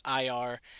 IR